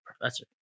professor